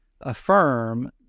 affirm